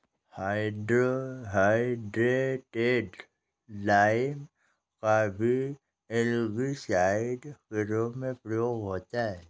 hydrated lime का भी algicide के रूप में उपयोग होता है